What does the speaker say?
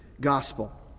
gospel